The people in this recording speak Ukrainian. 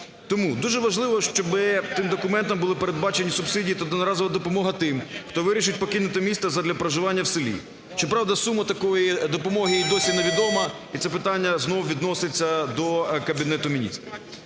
Тому дуже важливо, щоби цим документом були передбачені субсидії та одноразова допомога тим, хто вирішить покинути місто задля проживання в селі. Щоправда, сума такої допомоги і досі невідома, і це питання знову відноситься до Кабінету Міністрів.